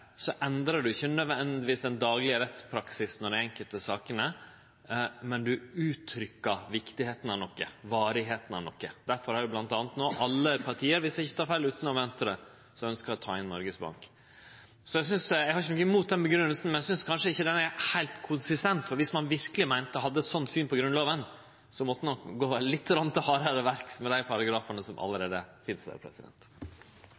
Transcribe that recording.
ikkje nødvendigvis den daglege rettspraksisen i dei enkelte sakene, men ein uttrykkjer viktigheita av noko, varigheita av noko. Derfor er det bl.a. no alle parti, utanom Venstre, dersom eg ikkje tek feil, som ønskjer å ta inn Noregs Bank. Så eg har ikkje noko imot den grunngjevinga, men eg synest kanskje ikkje den er heilt konsistent, for dersom ein verkeleg hadde eit slikt syn på Grunnlova, måtte ein nok gå litt hardare til verks med dei paragrafane som